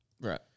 right